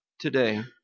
today